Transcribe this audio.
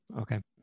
Okay